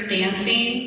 dancing